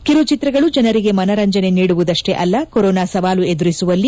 ಕಿರು ಚಿತ್ರಗಳು ಜನರಿಗೆ ಮನರಂಜನೆ ನೀಡುವುದಷ್ಷೇ ಅಲ್ಲ ಕೊರೋನಾ ಸವಾಲು ಎದುರಿಸುವಲ್ಲಿ